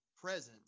presence